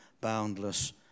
boundless